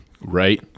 Right